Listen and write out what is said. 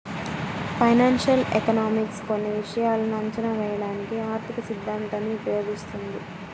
financial economics కొన్ని విషయాలను అంచనా వేయడానికి ఆర్థికసిద్ధాంతాన్ని ఉపయోగిస్తుంది